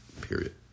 Period